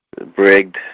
brigged